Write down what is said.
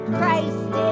Christ